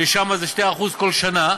ששם זה 2% כל שנה,